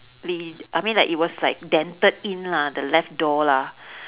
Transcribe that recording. ~ly I mean like it was like dented in lah the left door lah